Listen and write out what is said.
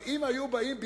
אם היו באים ברצינות,